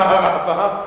מערבה.